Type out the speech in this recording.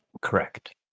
Correct